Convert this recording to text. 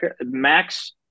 Max